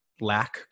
lack